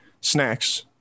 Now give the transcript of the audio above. snacks